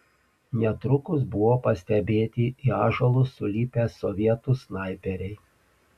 netrukus buvo pastebėti į ąžuolus sulipę sovietų snaiperiai